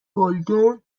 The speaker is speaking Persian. گلدون